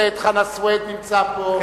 חבר הכנסת חנא סוייד נמצא פה.